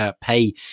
Pay